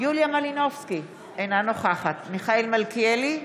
יוליה מלינובסקי, אינה נוכחת מיכאל מלכיאלי,